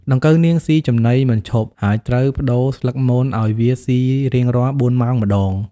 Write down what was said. ដង្កូវនាងស៊ីចំណីមិនឈប់ ហើយត្រូវប្តូរស្លឹកមនឲ្យវាស៊ីរៀងរាល់ ៤ ម៉ោងម្តង។